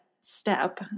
step